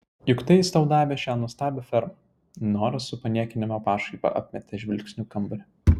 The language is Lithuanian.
juk tai jis tau davė šią nuostabią fermą nora su paniekinama pašaipa apmetė žvilgsniu kambarį